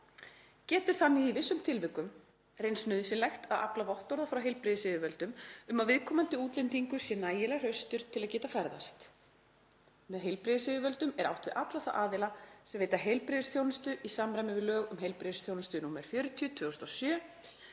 Getur þannig í vissum tilvikum reynst nauðsynlegt að afla vottorða frá heilbrigðisyfirvöldum um að viðkomandi útlendingur sé nægilega hraustur til að geta ferðast. Með heilbrigðisyfirvöldum er átt við alla þá aðila sem veita heilbrigðisþjónustu í samræmi við lög um heilbrigðisþjónustu, nr. 40/2007,